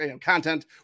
content